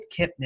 Kipnis